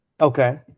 Okay